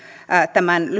tämän